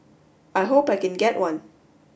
I hope I can get one